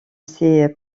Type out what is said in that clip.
ses